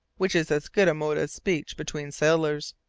which is as good a mode as speech between sailors.